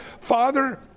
Father